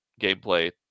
gameplay